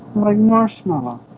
like marshmallows